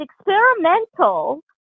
experimental